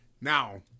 Now